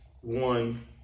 one